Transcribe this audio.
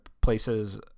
places